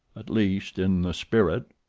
at least in the spirit.